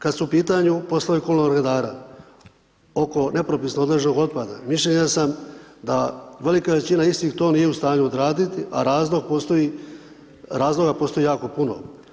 Kada su u pitanju poslovi komunalnog redara, oko nepropisnog odloženog otpada, mišljenja sam da velika većina istih to nije u stanju odraditi, a razlog postoji, razloga postoji jako puno.